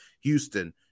Houston